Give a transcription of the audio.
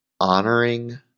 honoring